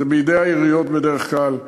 זה בידי העיריות בדרך כלל.